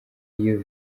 iyo